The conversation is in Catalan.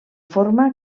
forma